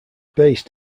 based